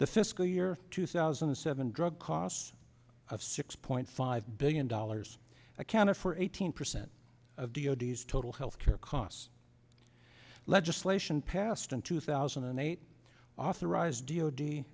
the fiscal year two thousand and seven drug costs of six point five billion dollars accounted for eighteen percent of d o d s total health care costs legislation passed in two thousand and eight authorized d